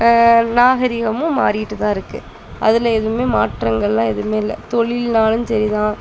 நாகரீகமும் மாறிக்கிட்டு தான் இருக்குது அதில் எதுவுமே மாற்றங்கள்லாம் எதுவுமே இல்லை தொழில்னாலும் சரி தான்